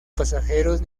pasajeros